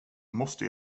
måste